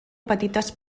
petites